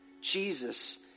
Jesus